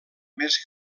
més